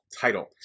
title